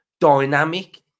dynamic